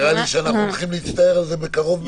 נראה לי שאנחנו הולכים להצטער על זה בקרוב מאוד.